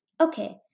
Okay